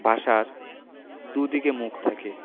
বাসার দুদিকে মুখ থাকে